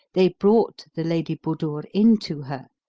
they brought the lady budur in to her,